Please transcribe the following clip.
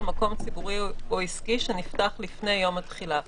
מקום ציבורי או עסקי שנפתח לפני יום התחילה.